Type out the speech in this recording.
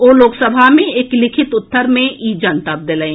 ओ लोकसभा मे एक लिखित उत्तर मे ई जनतब देलनि